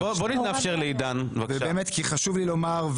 חשוב לי לומר,